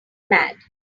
mad